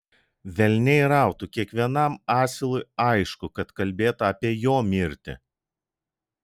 velniai rautų kiekvienam asilui aišku kad kalbėta apie jo mirtį